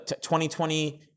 2020